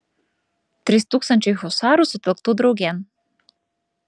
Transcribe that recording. trys tūkstančiai husarų sutelktų draugėn